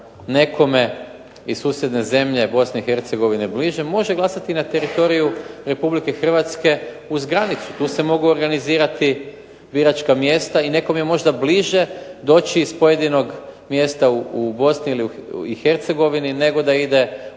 nekome iz susjedne zemlje Bosne i Hercegovine bliže, može glasati na teritoriju Republike Hrvatske uz granicu. Tu se mogu organizirati biračka mjesta i nekom je možda bliže doći iz pojedinog mjesta u Bosni i Hercegovini nego da ide u